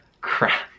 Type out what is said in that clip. Crap